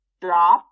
drop